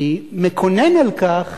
אני מקונן על כך